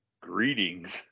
greetings